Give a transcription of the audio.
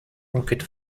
rocket